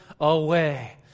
away